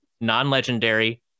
non-legendary